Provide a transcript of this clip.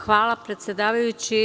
Hvala, predsedavajući.